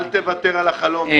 אל תוותר על החלום.